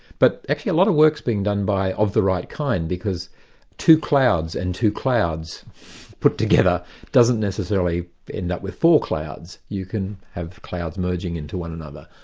but actually a lot of work's been done of the right kind, because two clouds and two clouds put together doesn't necessarily end up with four clouds. you can have clouds merging into one another.